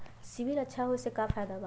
CIBIL अच्छा होऐ से का फायदा बा?